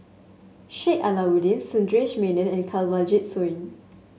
Sheik Alau'ddin Sundaresh Menon and Kanwaljit Soin